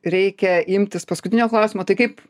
reikia imtis paskutinio klausimo tai kaip